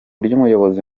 ry’umuyobozi